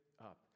up